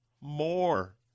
more